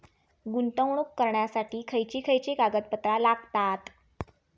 गुंतवणूक करण्यासाठी खयची खयची कागदपत्रा लागतात?